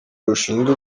rushinzwe